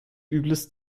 übles